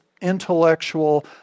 intellectual